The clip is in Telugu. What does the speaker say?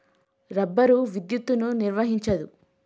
రబ్బరు విద్యుత్తును నిర్వహించదు